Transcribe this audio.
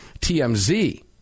TMZ